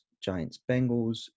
Giants-Bengals